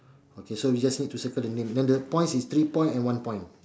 okay so we just need to circle the name then the points is three point and one point